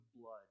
blood